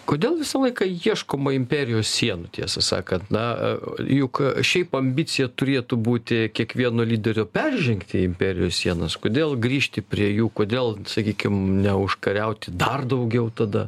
kodėl visą laiką ieškoma imperijos sienų tiesą sakant na juk šiaip ambicija turėtų būti kiekvieno lyderio peržengti imperijos sienas kodėl grįžti prie jų kodėl sakykim neužkariauti dar daugiau tada